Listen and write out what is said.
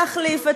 נחליף אתכם.